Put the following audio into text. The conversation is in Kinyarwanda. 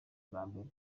bambaye